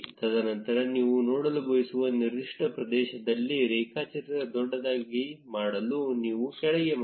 ತದನಂತರ ನೀವು ನೋಡಲು ಬಯಸುವ ನಿರ್ದಿಷ್ಟ ಪ್ರದೇಶದಲ್ಲಿ ರೇಖಾಚಿತ್ರ ದೊಡ್ಡದಾಗಿ ಮಾಡಲು ನೀವು ಕೆಳಗೆ ಮಾಡಿ